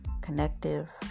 connective